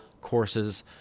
courses